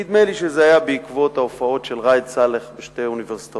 נדמה לי שזה היה בעקבות ההופעות של ראאד סלאח בשתי אוניברסיטאות.